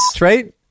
right